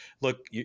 look